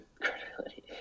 credibility